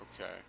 Okay